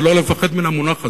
ולא לפחד מן המונח הזה.